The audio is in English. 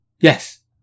Yes